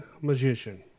magician